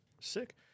Sick